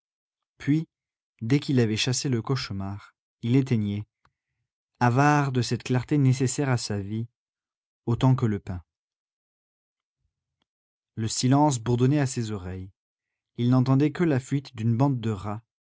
puis dès qu'il avait chassé le cauchemar il éteignait avare de cette clarté nécessaire à sa vie autant que le pain le silence bourdonnait à ses oreilles il n'entendait que la fuite d'une bande de rats